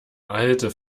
alte